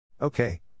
Okay